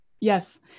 yes